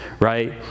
right